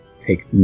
take